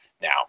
Now